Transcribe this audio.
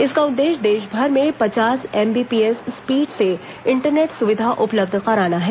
इसका उद्देश्य देशभर में पचास एमबीपीएस स्पीड से इंटरनेट सुविधा उपलब्ध कराना है